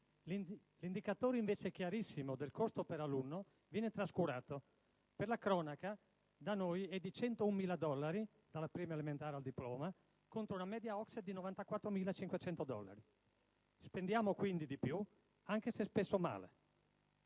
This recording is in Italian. L'indicatore, invece chiarissimo, del costo per alunno viene trascurato. Per la cronaca, da noi è di 101.000 dollari, dalla prima elementare al diploma, contro una media OCSE di 94.500 dollari. Spendiamo quindi di più, anche se spesso male.